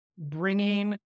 bringing